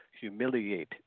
humiliate